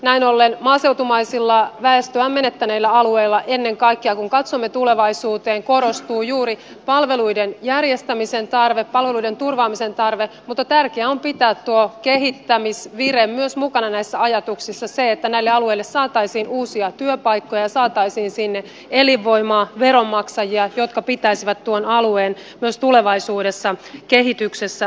näin ollen maaseutumaisilla väestöään menettäneillä alueilla ennen kaikkea kun katsomme tulevaisuuteen korostuu juuri palveluiden järjestämisen tarve palveluiden turvaamisen tarve mutta tärkeä on pitää tuo kehittämisvire myös mukana näissä ajatuksissa se että näille alueille saataisiin uusia työpaikkoja saataisiin sinne elinvoimaa veronmaksajia jotka pitäisivät tuon alueen myös tulevaisuudessa kehityksessä mukana